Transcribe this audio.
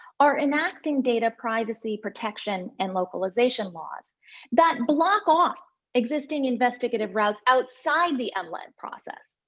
are enacting data privacy protection and localization laws that block off existing investigative routes outside the mlat process.